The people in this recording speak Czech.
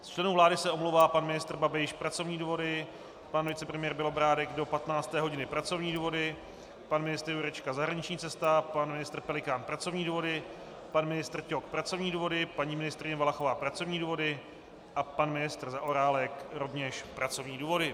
Z členů vlády se omlouvá pan ministr Babiš pracovní důvody, pan vicepremiér Bělobrádek do 19. hodiny pracovní důvody, pan ministr Jurečka zahraniční cesta, pan ministr Pelikán pracovní důvody, pan ministr Ťok pracovní důvody, paní ministryně Valachová pracovní důvody a pan ministr Zaorálek rovněž pracovní důvody.